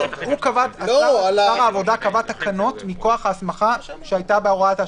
שר העבודה קבע תקנות מכוח ההסמכה שהייתה בהוראת שעה.